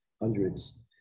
hundreds